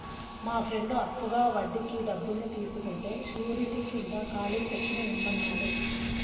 మా ఫ్రెండు అప్పుగా వడ్డీకి డబ్బుల్ని తీసుకుంటే శూరిటీ కింద ఖాళీ చెక్కుని ఇమ్మన్నాడు